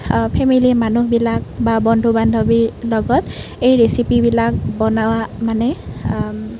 ফেমেলিৰ মানুহবিলাক বা বন্ধু বান্ধৱীৰ লগত এই ৰেচিপি বিলাক বনাওঁ মানে